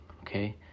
okay